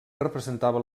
representava